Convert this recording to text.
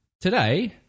today